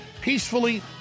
peacefully